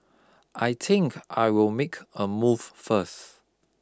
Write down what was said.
I think I will make a move first